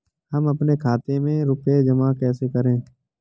हम अपने खाते में रुपए जमा कैसे करें?